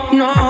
no